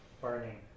burning